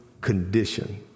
condition